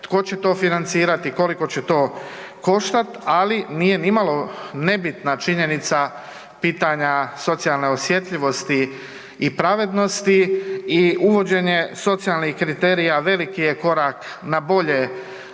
tko će to financirati, koliko će to koštati, ali nije nimalo nebitna činjenica pitanja socijalne osjetljivosti i pravednosti i uvođenje socijalnih kriterija veliki je korak na bolje